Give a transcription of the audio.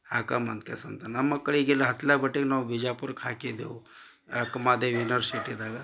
ನಮ್ಮ ಮಕ್ಕಳಿಗೆಲ್ಲ ಬಿಜಾಪುರಕ್ಕೆ ಹಾಕಿದ್ದೆವು ಅಕ್ಕಮಹಾದೇವಿ ಯುನಿವರ್ಸಿಟಿದಾಗ